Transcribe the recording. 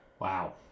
Wow